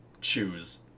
choose